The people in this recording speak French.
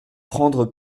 prendre